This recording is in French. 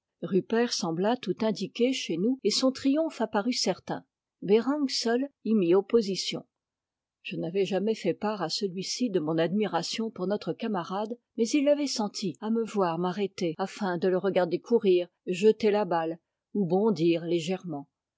rupert sembla tout indiqué chez nous et son triomphe apparut certain bereng seul y mit opposition je n'avais jamais fait part à celui-ci de mon admiration pour notre camarade mais il l'avait sentie à me voir m arrêter afin de le regarder courir jeter la balle ou bondir légèrement